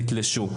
נתלשו.